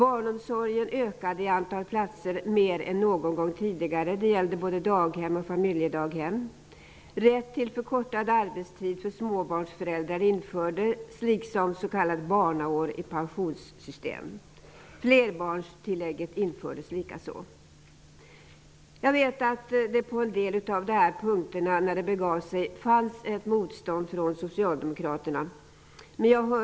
Antalet platser i barnomsorgen ökade mer än någon gång tidigare, det gällde både daghem och familjedaghem. Rätt till förkortad arbetstid för småbarnsföräldrar infördes, liksom s.k. barnaår i pensionssystem. Jag vet att när det begav sig fanns ett motstånd från Socialdemokraterna på en del av de här punkterna.